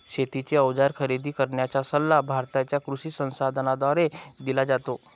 शेतीचे अवजार खरेदी करण्याचा सल्ला भारताच्या कृषी संसाधनाद्वारे दिला जातो